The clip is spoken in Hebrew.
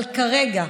אבל כרגע,